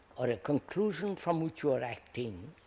or a conclusion from which you are acting,